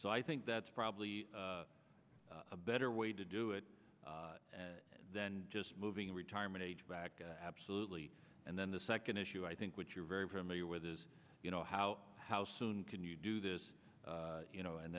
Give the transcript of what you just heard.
so i think that's probably a better way to do it than just moving retirement age back absolutely and then the second issue i think what you're very familiar with is you know how how soon can you do this you know and